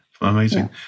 Amazing